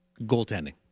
goaltending